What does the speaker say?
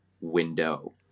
window